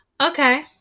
Okay